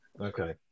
Okay